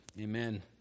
Amen